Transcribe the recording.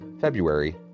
February